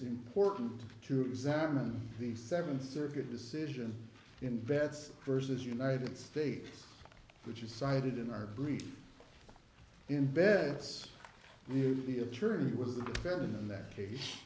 important to examine the second circuit decision in vets versus united states which is cited in our brief in beds you the attorney was the defendant in that case